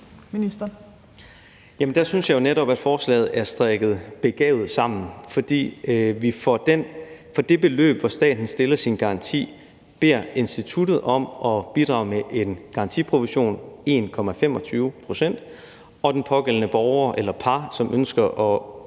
Kollerup): Der synes jeg jo netop, at forslaget er strikket begavet sammen, fordi vi for det beløb, hvor staten stiller sin garanti, beder instituttet om at bidrage med en garantiprovision på 1,25 pct. og den pågældende borger eller parret, som ønsker at